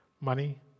Money